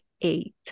eight